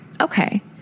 Okay